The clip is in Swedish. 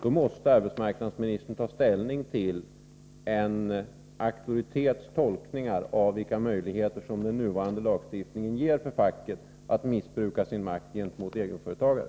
Då måste arbetsmarknadsministern ta ställning till en auktoritets tolkning av vilka möjligheter som den nuvarande lagstiftningen ger för facket att missbruka sin makt gentemot egenföretagare.